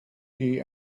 key